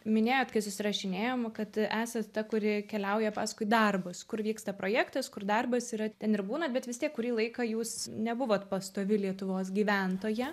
minėjot kai susirašinėjom kad esat ta kuri keliauja paskui darbus kur vyksta projektas kur darbas yra ten ir būnat bet vis tiek kurį laiką jūs nebuvot pastovi lietuvos gyventoja